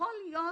יכול להיות